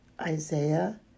Isaiah